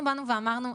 אנחנו באנו ואמרנו,